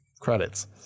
credits